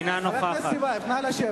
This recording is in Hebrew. אינה נוכחת חבר הכנסת טיבייב, נא לשבת.